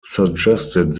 suggested